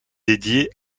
dédiés